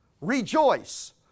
Rejoice